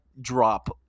drop